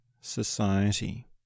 society